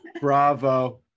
bravo